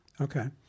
Okay